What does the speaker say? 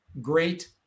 great